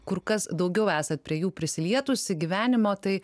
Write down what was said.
kur kas daugiau esat prie jų prisilietusi gyvenimo tai